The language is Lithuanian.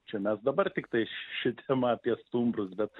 čia mes dabar tiktai šitiem apie stumbrus bet